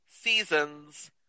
seasons